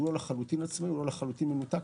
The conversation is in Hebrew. הוא לא לחלוטין עצמאי ולא לחלוטין מנותק,